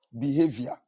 Behavior